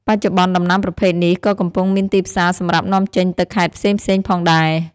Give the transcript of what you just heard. បច្ចុប្បនុ្នដំណាំប្រភេទនេះ ក៏កំពុងមានទីផ្សារសម្រាប់នាំចេញទៅខេត្តផ្សេងៗផងដែរ ។